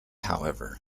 however